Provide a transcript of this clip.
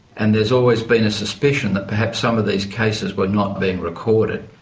and there's always been a suspicion that perhaps some of these cases were not being recorded.